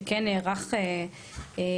שכן נערך לנושא,